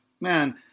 man